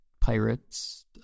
pirates